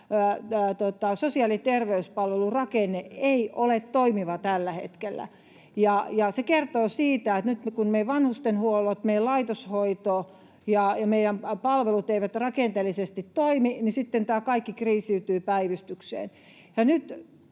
sosiaali‑ ja terveyspalvelurakenne ei ole toimiva tällä hetkellä. Se kertoo siitä, että nyt kun meidän vanhustenhuolto, meidän laitoshoito ja meidän palvelut eivät rakenteellisesti toimi, niin sitten tämä kaikki kriisiytyy päivystykseen.